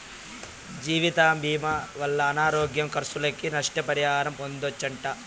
జీవితభీమా వల్ల అనారోగ్య కర్సులకి, నష్ట పరిహారం పొందచ్చట